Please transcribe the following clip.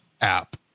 app